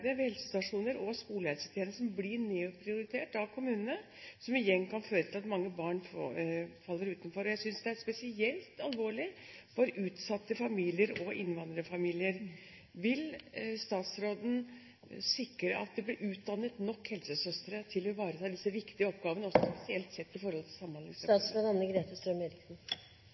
helsestasjoner og i skolehelsetjenesten blir nedprioritert av kommunene, som igjen kan føre til at mange barn faller utenfor. Jeg synes det er spesielt alvorlig for utsatte familier og innvandrerfamilier. Vil statsråden sikre at det blir utdannet nok helsesøstre til å ivareta disse viktige oppgavene, spesielt sett i